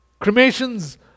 Cremations